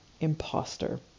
imposter